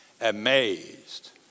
amazed